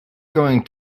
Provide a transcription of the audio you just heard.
going